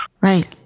Right